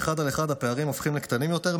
באחד על אחד הפערים הופכים לקטנים יותר,